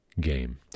game